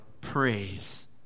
praise